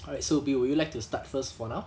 alright so bill would you like to start first for now